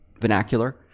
vernacular